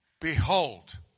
behold